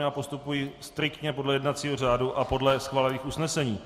Já postupuji striktně podle jednacího řádu a podle schválených usnesení.